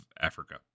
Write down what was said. Africa